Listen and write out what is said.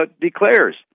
declares